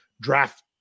draft